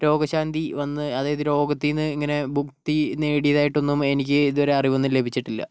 രോഗശാന്തി വന്ന് അതായത് രോഗത്തിൽനിന്ന് ഇങ്ങനെ മുക്തി നേടിയതായിട്ടൊന്നും എനിക്ക് ഇതുവരെ അറിവൊന്നും ലഭിച്ചിട്ടില്ല